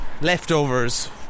leftovers